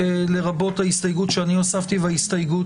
לרבות ההסתייגות שאני הוספתי וההסתייגות